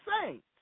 saints